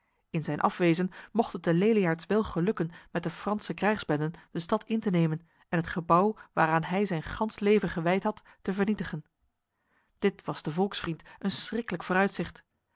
in zijn afwezen mocht het de leliaards wel gelukken met de franse krijgsbenden de stad in te nemen en het gebouw waaraan hij zijn gans leven gewijd had te vernietigen dit was de volksvriend een schriklijk vooruitzicht